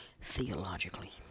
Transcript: theologically